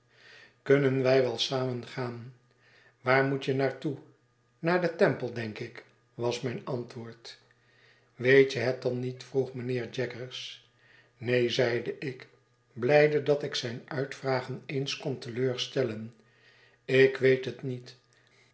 kunnen wij wel samen gaan waar moetje naar toe naar den temple denk ik was mijn antwoord weet je het dan niet vroeg mijnheer jaggers neen zeide ik blijde dat ik zijn uitvragen eens kon te leur stellen ik weet het niet